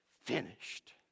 finished